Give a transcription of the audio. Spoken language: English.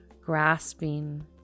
grasping